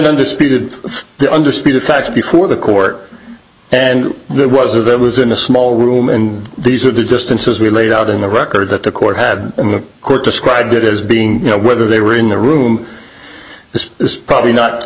undisputed the under speed of facts before the court and there was a that was in a small room and these are the distances we laid out in the record that the court had in the court described it as being you know whether they were in the room this is probably not